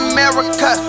America